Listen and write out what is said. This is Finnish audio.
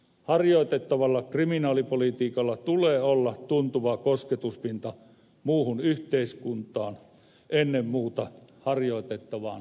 harjoitettavalla kriminaalipolitiikalla tulee olla tuntuva kosketuspinta muuhun yhteiskuntaan ennen muuta harjoitettavaan sosiaalipolitiikkaan